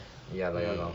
ya lor ya lor